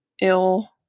ill